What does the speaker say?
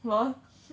lol